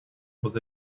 was